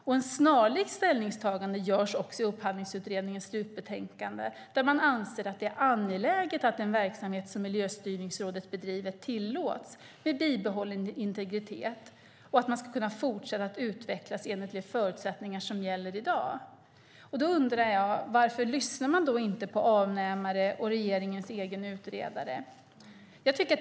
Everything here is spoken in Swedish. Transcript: Ett snarlikt ställningstagande görs i Upphandlingsutredningens slutbetänkande, där man anser att det är angeläget att den verksamhet som Miljöstyrningsrådet bedriver tillåts med bibehållen integritet och att den ska kunna fortsätta att utvecklas enligt de förutsättningar som gäller i dag. Jag undrar varför man inte lyssnar på avnämarna och regeringens egen utredare.